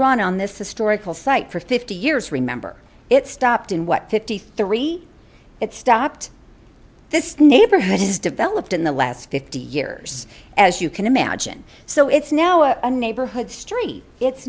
run on this historical site for fifty years remember it stopped in what fifty three it stopped this neighborhood has developed in the last fifty years as you can imagine so it's now a neighborhood street it's